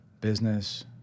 business